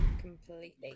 Completely